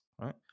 right